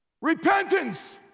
Repentance